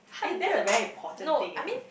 and that's a very important thing eh